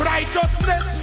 Righteousness